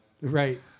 Right